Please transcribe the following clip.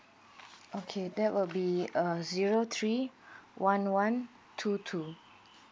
okay that will be uh zero three one one two two